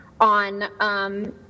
on